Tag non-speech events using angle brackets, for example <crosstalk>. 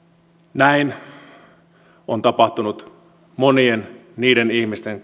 näin on tapahtunut monien niiden ihmisten <unintelligible>